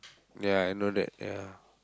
ya I know that ya